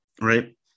right